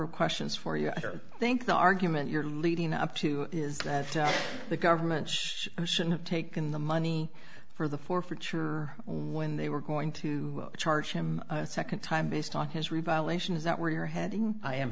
of questions for you i think the argument you're leading up to is that the governments should have taken the money for the forfeiture when they were going to charge him a second time based on his revitalization is that where you're heading i am